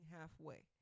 halfway